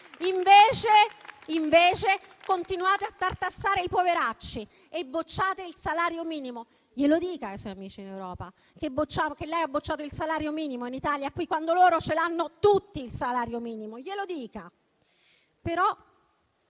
Invece, continuate a tartassare i poveracci e bocciate il salario minimo. Glielo dica ai suoi amici in Europa che lei ha bocciato il salario minimo in Italia, quando loro hanno tutti il salario minimo.